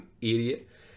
idiot